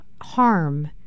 harm